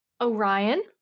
Orion